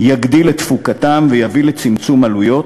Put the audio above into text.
יגדיל את תפוקתם ויביא לצמצום עלויות.